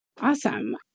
Awesome